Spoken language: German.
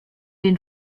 den